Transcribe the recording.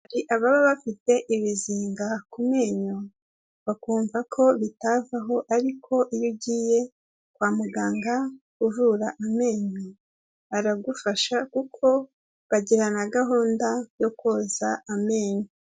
Hari ababa bafite ibizinga ku menyo, bakumva ko bitavaho, ariko iyo ugiye kwa muganga uvura amenyo, aragufasha kuko bagira na gahunda yo koza amenyo.